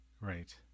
right